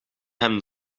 hem